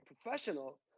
professional